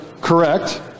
correct